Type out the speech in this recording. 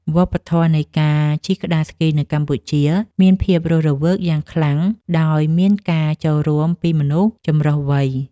វប្បធម៌នៃការជិះក្ដារស្គីនៅកម្ពុជាមានភាពរស់រវើកយ៉ាងខ្លាំង ដោយមានការចូលរួមពីមនុស្សចម្រុះវ័យ។